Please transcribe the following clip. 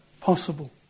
possible